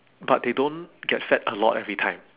but they don't get fed a lot every time